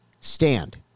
Stand